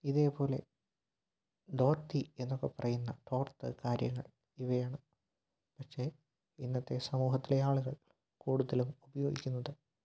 ഇതേപോലെ ധോത്തി എന്നൊക്കെ പറയുന്ന തോർത്തു കാര്യങ്ങൾ ഇവയാണ് പക്ഷെ ഇന്നത്തെ സമൂഹത്തിലെ ആളുകൾ കൂടുതലും ഉപയോഗിക്കുന്നത്